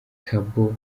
cabo